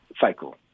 cycle